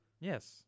Yes